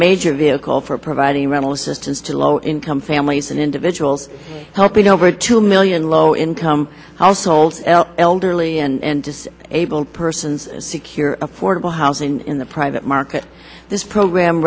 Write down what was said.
major vehicle for providing rental assistance to low income families and individuals helping over two million low income households elderly and able persons secure affordable housing in the private market this program